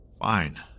Fine